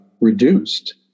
reduced